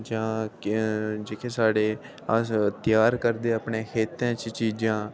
जा जेह्के साढ़े अस त्यार करदे अपने खेतरें च चीज़ां